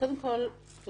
קודם כל תודה.